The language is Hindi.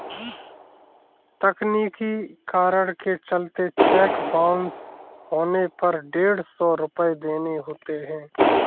तकनीकी कारण के चलते चेक बाउंस होने पर डेढ़ सौ रुपये देने होते हैं